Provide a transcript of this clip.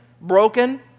broken